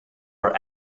are